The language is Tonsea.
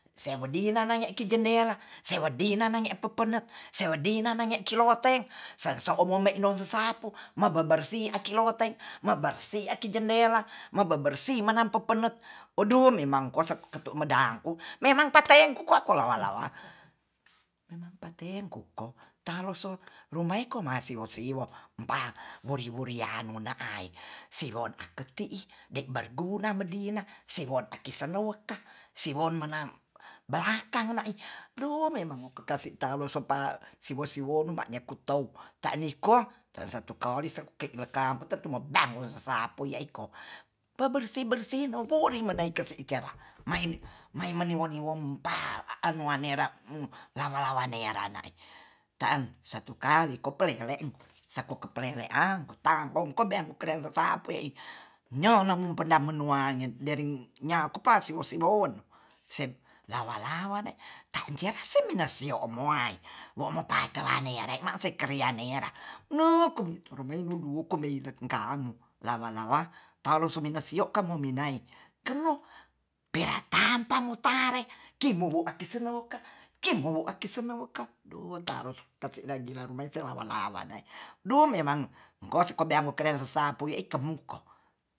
Sebedi nanange ki jendela sewedi na nange pepenek, sewedi nanange kiloak te sasan omome no sesapu mebe bersih akiloteng mabersih mabersih aki jendelah mabebersih manampepenet oduh memang kose katu meda ku memang tatengku kolawa-lawa memang patem kuko taroso rumaiko masiwo siwo pa wori-wori yanu na ai silon aketei de berguna medina sewor aki senewoka siwon manang belakang na'i du memang mokekasi' talo so pa siwo siwonu manye kutou tani ko na satu kali se'ki leka kutetumo bangun sapu yaiko pabersih-bersih no wori menaike kesi kera mai maimoni wong pa anu wanera mu lawan lawane ranae ta'an satu kalo ko pele sako pelele angko tampo kobeang sapue i nnyonom pena menuangen jading nyaku pasi ose wowen sep lawa-lawa ne tan cera sema sio muai mo mopate lanei ya re ma se kerianera nu duo komei leten kamulawa-lawa talo so mini sio ka muminai kau pera tampa mo tare kimomo ati selowoka ki mowo aki senowka dua taro tase na gila rumeiser lawa-lawa ne du memang kose peamu keren sapu we'i kamuko